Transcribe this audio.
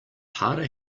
harder